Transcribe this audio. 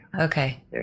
Okay